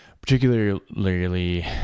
particularly